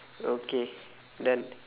okay done